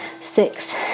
six